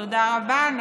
תודה רבה.